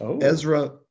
Ezra